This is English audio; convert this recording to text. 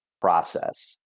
process